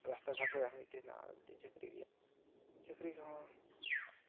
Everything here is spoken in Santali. ᱨᱟᱥᱛᱟ ᱜᱷᱟᱴ ᱨᱮᱭᱟᱜ ᱦᱚᱸ ᱢᱤᱫᱴᱮᱱ ᱟᱨ ᱢᱤᱫᱴᱮᱱ ᱪᱟᱹᱠᱨᱤ ᱨᱮᱭᱟᱜ ᱪᱟᱹᱠᱨᱤ ᱦᱚᱸ